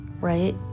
right